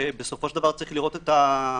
בסופו של דבר צריך לראות את המשפחות.